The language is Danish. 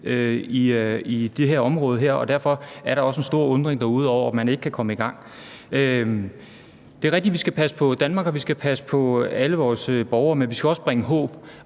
på det her område, og derfor er der også en stor undren derude over, at man ikke kan komme i gang. Det er rigtigt, at vi skal passe på Danmark, og at vi skal passe på alle vores borgere, men vi skal også bringe håb,